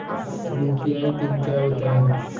UPI PIN क्या होता है?